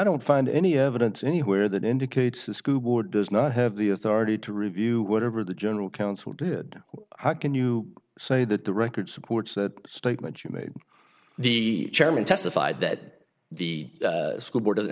don't find any evidence anywhere that indicates the school board does not have the authority to review whatever the general counsel did how can you say that the record supports the statement you made the chairman testified that the school board